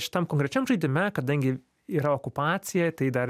šitam konkrečiam žaidime kadangi yra okupacija tai dar